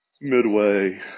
Midway